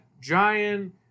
giant